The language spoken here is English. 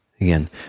Again